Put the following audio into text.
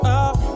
up